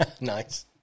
Nice